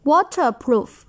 Waterproof